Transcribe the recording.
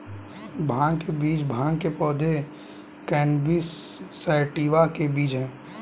भांग के बीज भांग के पौधे, कैनबिस सैटिवा के बीज हैं